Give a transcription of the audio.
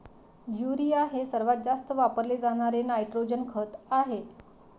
urea हे सर्वात जास्त वापरले जाणारे नायट्रोजन खत आहे